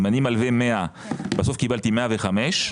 אם אני מלווה 100 ובסוף קיבלתי מהלווה 105,